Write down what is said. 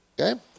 Okay